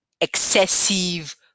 excessive